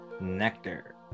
Nectar